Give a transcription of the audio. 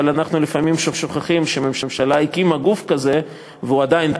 אבל אנחנו לפעמים שוכחים שהממשלה הקימה גוף כזה והוא עדיין פועל.